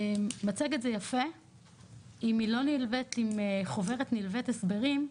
מצגת זה יפה אם היא נלווית עם חוברת נלווית הסברים,